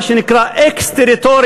מה שנקרא אקסטריטוריה,